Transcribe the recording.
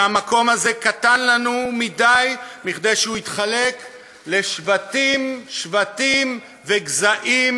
שהמקום הזה קטן לנו מכדי שהוא יתחלק לשבטים-שבטים וגזעים-גזעים,